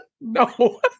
No